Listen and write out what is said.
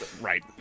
Right